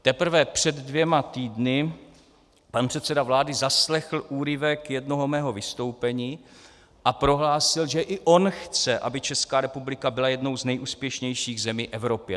Teprve před dvěma týdny pan předseda vlády zaslechl úryvek jednoho mého vystoupení a prohlásil, že i on chce, aby Česká republika byla jednou z nejúspěšnějších zemí Evropy.